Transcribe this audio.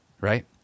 Right